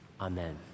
amen